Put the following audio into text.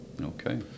Okay